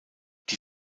die